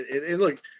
look